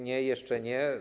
Nie, jeszcze nie.